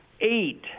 eight